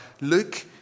Luke